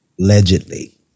Allegedly